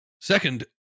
second